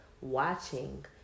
watching